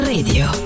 Radio